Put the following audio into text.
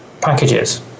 packages